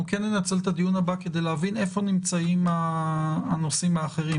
אנחנו כן ננצל את הדיון הבא כדי להבין איפה נמצאים הנושאים האחרים